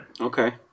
Okay